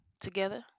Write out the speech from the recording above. together